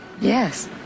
Yes